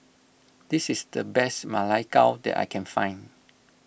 this is the best Ma Lai Gao that I can find